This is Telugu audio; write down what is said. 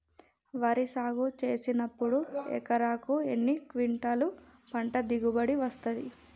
వరి సాగు చేసినప్పుడు ఎకరాకు ఎన్ని క్వింటాలు పంట దిగుబడి వస్తది?